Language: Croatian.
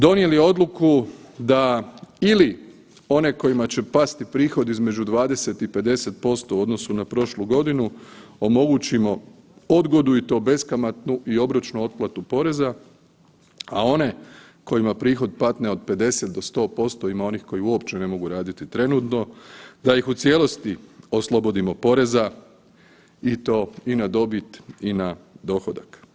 Donijeli odluku da ili one kojima će pasti prihod između 20 i 50% u odnosu na prošlu godinu omogućimo odgodu i to beskamatnu i obročnu otplatu poreza, a one kojima prihod padne od 50 do 100%, ima onih koji uopće ne mogu raditi trenutno, da ih u cijelosti oslobodimo poreza i to i na dobit i na dohodak.